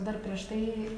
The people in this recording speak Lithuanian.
dar prieš tai